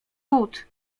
lud